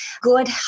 good